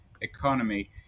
Economy